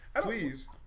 Please